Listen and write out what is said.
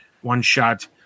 one-shot